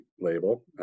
label